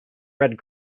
red